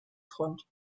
front